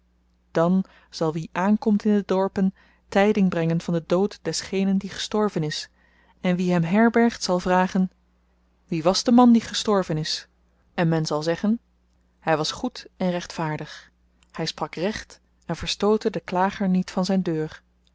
dan zal wie aankomt in de dorpen tyding brengen van den dood desgenen die gestorven is en wie hem herbergt zal vragen wie was de man die gestorven is en men zal zeggen hy was goed en rechtvaardig hy sprak recht en verstootte den klager niet van zyn deur